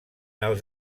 els